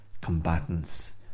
combatants